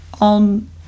on